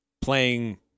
playing